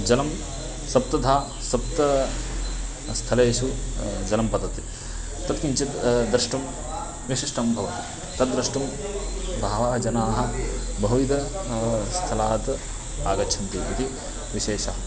जलं सप्तधा सप्त स्थलेषु जलं पतति तत् किञ्चित् द्रष्टुं विशिष्टं भवति तद्द्रष्टुं बहवः जनाः बहुविध स्थलात् आगच्छन्ति इति विशेषः